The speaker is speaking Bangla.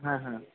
হ্যাঁ হ্যাঁ